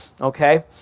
Okay